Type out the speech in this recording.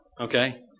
Okay